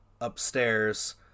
upstairs